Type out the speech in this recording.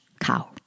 cow